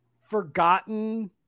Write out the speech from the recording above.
forgotten